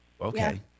okay